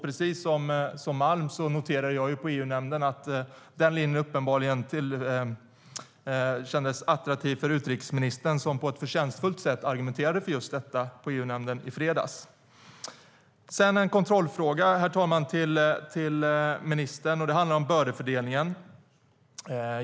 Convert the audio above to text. Precis som Fredrik Malm noterade jag under fredagens EU-nämnd att den linjen uppenbarligen kändes attraktiv för utrikesministern, som på ett förtjänstfullt sätt argumenterade för just detta. Sedan har jag en kontrollfråga till ministern. Det handlar om bördefördelningen.